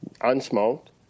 unsmoked